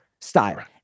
style